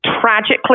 tragically